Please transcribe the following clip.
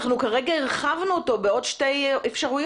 אנחנו כרגע הרחבנו אותו בעוד שתי אפשרויות,